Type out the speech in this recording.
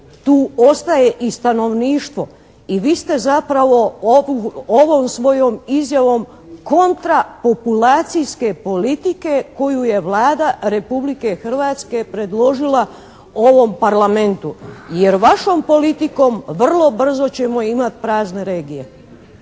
tu ostaje i stanovništvo i vi ste zapravo ovo svojom izjavom kontra populacijske politike koju je Vlada Republike Hrvatske predložila ovom Parlamentu, jer vašom politikom vrlo brzo ćemo imati prazne regije.